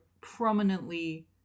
prominently